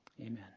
Amen